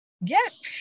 Yes